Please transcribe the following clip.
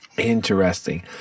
Interesting